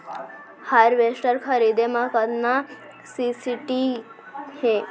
Harvester खरीदे म कतना सब्सिडी हे?